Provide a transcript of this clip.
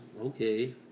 okay